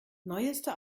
neueste